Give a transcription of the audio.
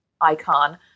icon